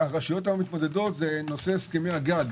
שהרשויות מתמודדות היום עם הסכמי הגג,